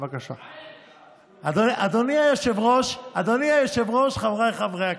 אדוני היושב-ראש, חבריי חברי הכנסת,